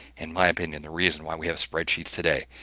in my opinion, the reason why we have spreadsheets today.